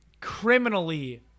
criminally